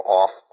off